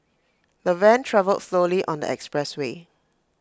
the van travelled slowly on the expressway